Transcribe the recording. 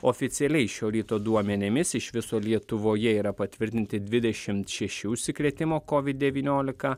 oficialiai šio ryto duomenimis iš viso lietuvoje yra patvirtinti dvidešimt šeši užsikrėtimo covid devyniolika